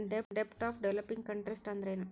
ಡೆಬ್ಟ್ of developing countries ಅಂದ್ರೇನು?